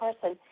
person